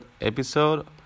episode